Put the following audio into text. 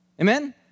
Amen